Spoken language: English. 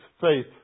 faith